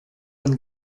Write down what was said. man